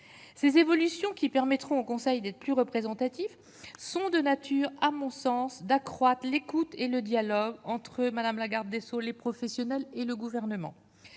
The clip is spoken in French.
ces évolutions qui permettront au Conseil de plus représentatifs sont de nature à mon sens, d'accroître l'écoute. Et le dialogue entre madame la garde des Sceaux, les professionnels et le gouvernement